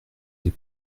des